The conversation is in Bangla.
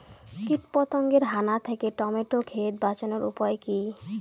কীটপতঙ্গের হানা থেকে টমেটো ক্ষেত বাঁচানোর উপায় কি?